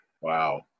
Wow